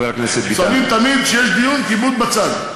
שמים תמיד, כשיש דיון, כיבוד בצד.